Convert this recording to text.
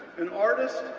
an artist,